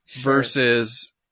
Versus